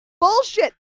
bullshit